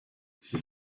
six